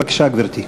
בבקשה, גברתי.